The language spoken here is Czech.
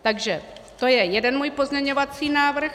Takže to je jeden můj pozměňovací návrh.